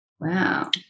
Wow